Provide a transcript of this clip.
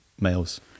males